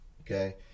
Okay